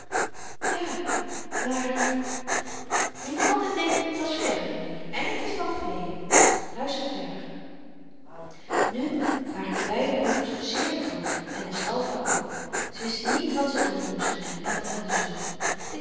ja maar je moet altyd denken t was vèr van hier en t is lang geleden luister verder nu waren de beide broeders zeer bedroefd en aztalpa ook ze wist niet wat ze doen moest en bad aan de zon